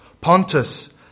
Pontus